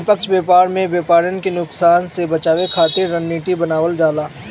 निष्पक्ष व्यापार में व्यापरिन के नुकसान से बचावे खातिर रणनीति बनावल जाला